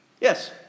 Yes